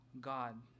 God